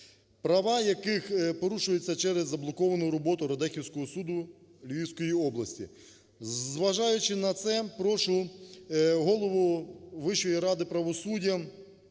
права яких порушуються через заблоковану роботу Радехівського суду Львівської області. Зважаючи на це, прошу Голову Вищої ради правосуддя